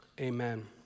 Amen